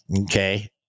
Okay